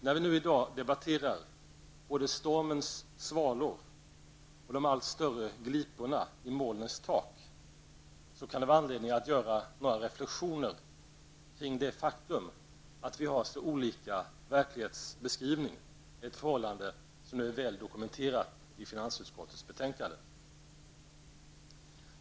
När vi nu i dag debatterar både stormens svalor och de allt större gliporna i molnens tak kan det vara anledning att göra några reflexioner kring det faktum att vi har så olika verklighetsbeskrivning, ett förhållande som är väl dokumenterat i finansutskottets betänkande.